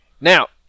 Now